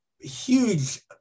huge